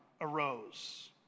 arose